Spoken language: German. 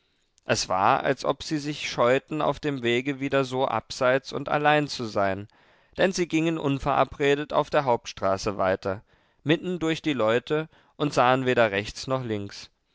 es war als ob sie sich scheuten auf dem wege wieder so abseits und allein zu sein denn sie gingen unverabredet auf der hauptstraße weiter mitten durch die leute und sahen weder rechts noch links